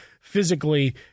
physically